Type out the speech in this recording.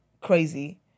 crazy